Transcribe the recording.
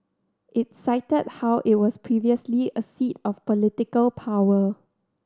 it cited how it was previously a seat of political power